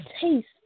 taste